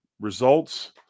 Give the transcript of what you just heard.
results –